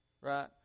Right